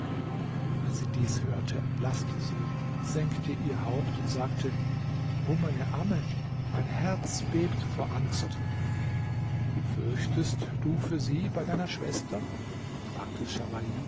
als sie dies hörte erblaßte sie senkte ihr haupt und sagte o meine amme mein herz bebt vor angst fürchtest du für sie bei deiner schwester fragte